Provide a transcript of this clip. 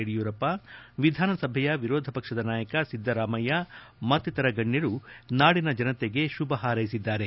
ಯಡಿಯೂರಪ್ಪ ವಿಧಾನಸಭೆ ವಿರೋಧ ಪಕ್ಷದ ನಾಯಕ ಸಿದ್ದರಾಮಯ್ಯ ಮತ್ತಿತರ ಗಣ್ಯರು ನಾಡಿನ ಜನತೆಗೆ ಶುಭ ಹಾರ್ೈಸಿದ್ದಾರೆ